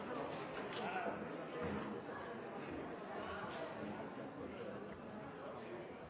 Det var